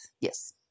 Yes